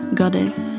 goddess